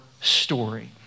story